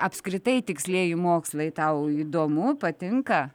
apskritai tikslieji mokslai tau įdomu patinka